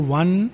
one